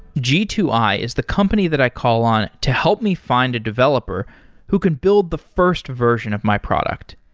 g two i is the company that i call on to help me find a developer who can build the first version of my product.